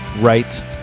right